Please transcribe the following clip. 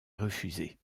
refusée